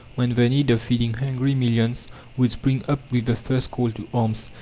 when the need of feeding hungry millions would spring up with the first call to arms.